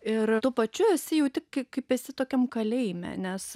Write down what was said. ir tuo pačiu esi jautik kaip esi tokiam kalėjime nes